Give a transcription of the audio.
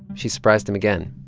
she surprised him again.